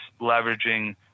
leveraging